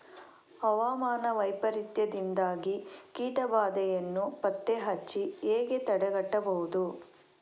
ಹವಾಮಾನ ವೈಪರೀತ್ಯದಿಂದಾಗಿ ಕೀಟ ಬಾಧೆಯನ್ನು ಪತ್ತೆ ಹಚ್ಚಿ ಹೇಗೆ ತಡೆಗಟ್ಟಬಹುದು?